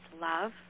love